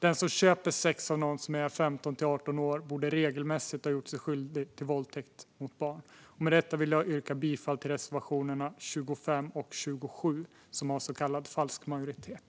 Den som köper sex av 15-18-åringar borde regelmässigt ha gjort sig skyldig till våldtäkt mot barn. Med detta vill jag yrka bifall till reservationerna 25 och 27, som har så kallad falsk majoritet.